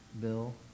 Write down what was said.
bill